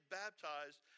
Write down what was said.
baptized